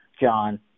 John